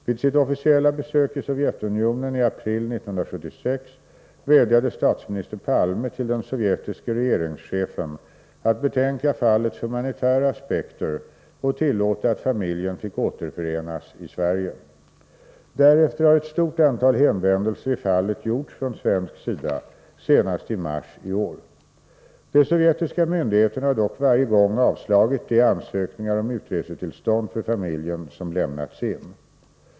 Vid sitt officiella besök i Sovjetunionen i april 1976 vädjade statsminister Palme till den sovjetiske regeringschefen att betänka fallets humanitära aspekter och tillåta att familjen fick återförenas i Sverige. Därefter har ett stort antal hänvändelser i fallet gjorts från svensk sida, senast i mars i år. De sovjetiska myndigheterna har dock varje gång avslagit de ansökningar om utresetillstånd för familjen som lämnats in.